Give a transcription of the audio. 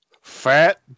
fat